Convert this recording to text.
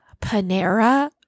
Panera